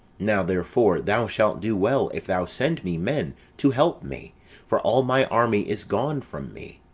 now, therefore, thou shalt do well if thou send me men to help me for all my army is gone from me.